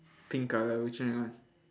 pink colour which one you want